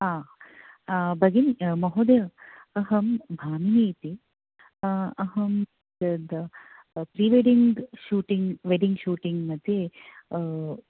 आ भगिनि महोदय अहं भामिनी इति अहं तत् प्रिवेड्डिङ्ग् वेड्डिङ्ग् शूटिङ्ग् मध्ये